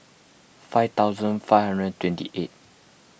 five thousand five hundred twenty eight